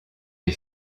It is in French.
des